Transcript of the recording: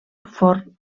forn